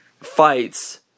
fights